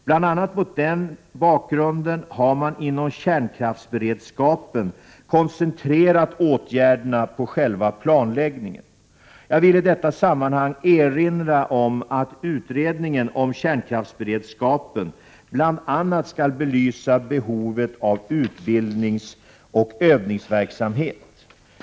Bl.a. mot den bakgrunden har man inom kärnkraftsberedskapen koncentrerat åtgärderna på själva planläggningen. Jag vill i detta sammanhang erinra om att utredningen om kärnkraftsberedskapen bl.a. skall belysa behovet av utbildningsoch övningsverksamhet.